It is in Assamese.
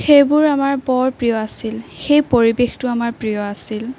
সেইবোৰ আমাৰ বৰ প্ৰিয় আছিল সেই পৰিৱেশটো আমাৰ প্ৰিয় আছিল